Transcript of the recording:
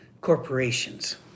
corporations